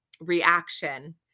reaction